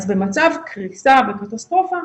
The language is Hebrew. אז במצב קריסה וקטסטרופה,